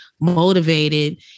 motivated